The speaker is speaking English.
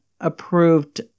approved